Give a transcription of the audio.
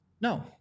No